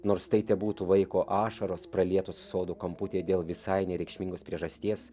nors tai tebūtų vaiko ašaros pralietos sodo kamputyje dėl visai nereikšmingos priežasties